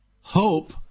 Hope